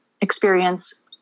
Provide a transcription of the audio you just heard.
experience